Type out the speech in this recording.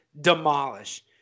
demolish